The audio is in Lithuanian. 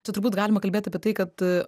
čia turbūt galima kalbėti apie tai kad